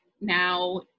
now